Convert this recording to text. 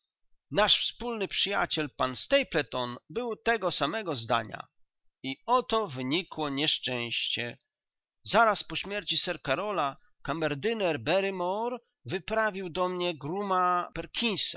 nasz wspólny przyjaciel pan stapleton był tego samego zdania i oto wynikło nieszczęście zaraz po śmierci sir karola kamerdyner barrymore wyprawił do mnie grooma